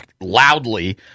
loudly